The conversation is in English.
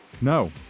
No